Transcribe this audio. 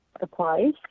applies